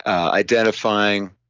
identifying